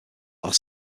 are